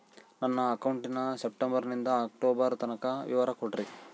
ನನ್ನ ಅಕೌಂಟಿನ ಸೆಪ್ಟೆಂಬರನಿಂದ ಅಕ್ಟೋಬರ್ ತನಕ ವಿವರ ಕೊಡ್ರಿ?